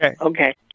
Okay